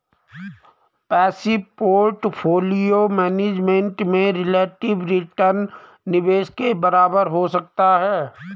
passive portfolio management में relative return निवेश के बराबर हो सकता है